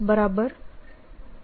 H